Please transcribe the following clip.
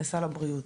לסל הבריאות.